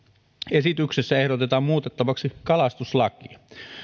esityksessä ehdotetaan muutettavaksi kalastuslakia